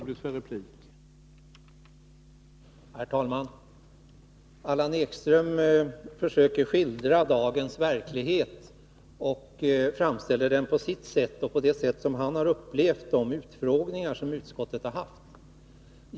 Herr talman! Allan Ekström försöker skildra dagens verklighet och framställer den på sitt sätt och på det sätt på vilket han har upplevt de utfrågningar utskottet har haft.